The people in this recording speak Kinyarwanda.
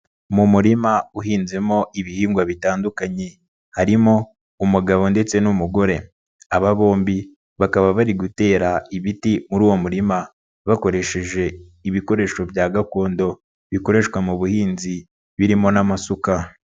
Mu murima uhinzemo ibihingwa bitandukanye, harimo umugabo ndetse n'umugore, aba bombi bakaba bari gutera ibiti muri uwo murima, bakoresheje ibikoresho bya gakondo bikoreshwa mu buhinzi birimo n'amasuka.